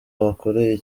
bakoreye